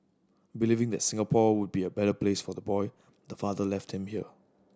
believing that Singapore would be a better place for the boy the father left him here